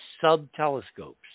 sub-telescopes